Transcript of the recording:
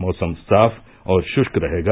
मौसम साफ और षुश्क रहेगा